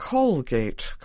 Colgate